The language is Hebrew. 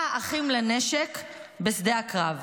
האחים לנשק בשדה הקרב.